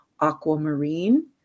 aquamarine